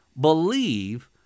believe